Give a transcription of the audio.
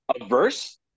Averse